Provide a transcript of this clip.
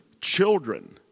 children